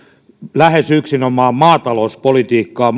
lähes yksinomaan maatalouspolitiikkaa